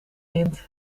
hint